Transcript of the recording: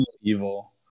evil